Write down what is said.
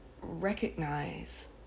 recognize